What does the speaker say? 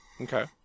Okay